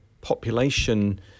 population